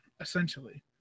essentially